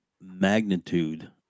magnitude